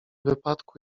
wypadku